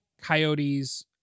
coyotes